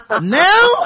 now